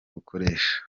gukoresha